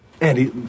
Andy